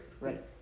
Right